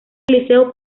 liceo